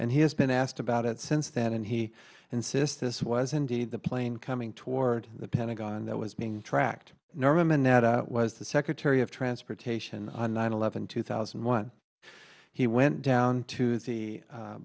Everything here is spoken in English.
and he has been asked about it since then and he insists this was indeed the plane coming toward the pentagon that was being tracked norman minetta was the secretary of transportation on nine eleven two thousand and one he went down to the